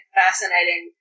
fascinating